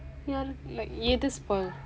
யாரு:yaaru like எது:ethu spoil